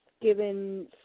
given